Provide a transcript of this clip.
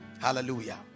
Hallelujah